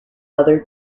other